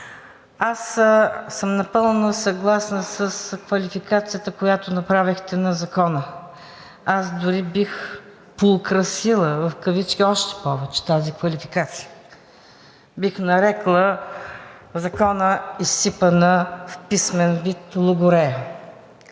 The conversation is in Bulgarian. аз съм напълно съгласна с квалификацията на Закона, която направихте. Аз дори бих поукрасила в кавички още повече тази квалификация. Бих нарекла Закона – изсипана в писмен вид логорея,